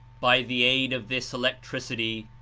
by the aid of this electricity,